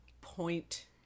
point